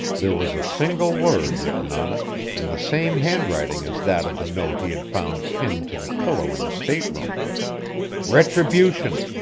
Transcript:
there was a single word written on it, in the same handwriting as that of the note he had found pinned to the pillow in the stateroom retribution.